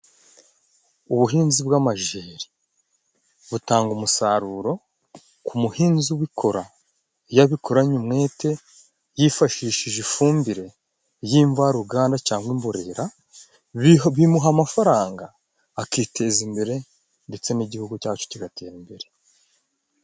Ubuhinzi bw'amajeri butanga umusaruro ku muhinzi ubikora, iyo abikoranye umwete, yifashishije ifumbire y'imvaruganda cyangwa imborera. Bimuha amafaranga, akiteza imbere, ndetse n’igihugu cyacu kigatera imbere.